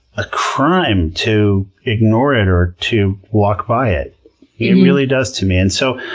a crime to ignore it or to walk by it. it really does to me. and so,